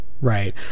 Right